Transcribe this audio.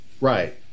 Right